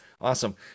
Awesome